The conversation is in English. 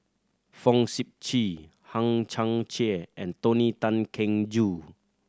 Fong Sip Chee Hang Chang Chieh and Tony Tan Keng Joo